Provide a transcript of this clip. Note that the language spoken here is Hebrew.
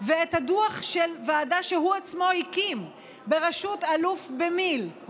ואת הדוח של ועדה שהוא עצמו הקים בראשות אלוף במיל',